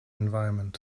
environment